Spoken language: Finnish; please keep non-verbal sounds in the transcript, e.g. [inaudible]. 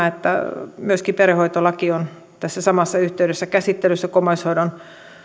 [unintelligible] että myöskin perhehoitolaki on tässä samassa yhteydessä käsittelyssä kun omaishoidon